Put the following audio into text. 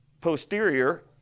posterior